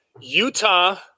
Utah